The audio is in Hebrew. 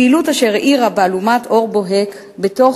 פעילות אשר האירה באלומת אור בוהק בתוך